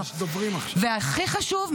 והכי חשוב,